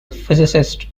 physicist